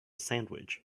sandwich